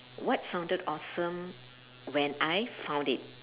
what sounded awesome when I found it